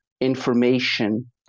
information